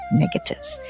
negatives